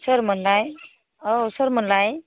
सोरमोनलाय औ सोरमोनलाय